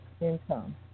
income